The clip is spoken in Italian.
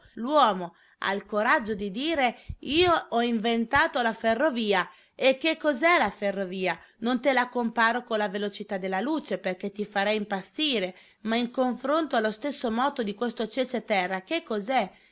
l'uomo ha il coraggio di dire io ho inventato la ferrovia e che cos'è la ferrovia non te la comparo con la velocità della luce perché ti farei impazzire ma in confronto allo stesso moto di questo cece terra che cos'è